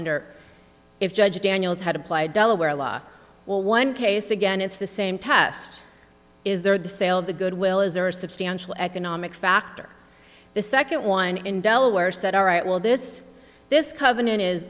or if judge daniels had applied delaware law well one case again it's the same test is there the sale of the good will is there a substantial economic factor the second one in delaware said all right well this this covenant is